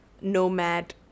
nomad